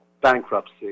bankruptcy